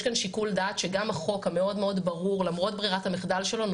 יש כאן שיקול דעת שגם החוק המאוד ברור למרות ברירת המחדל שלו,